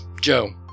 Joe